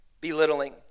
Belittling